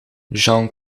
jean